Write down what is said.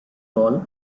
ball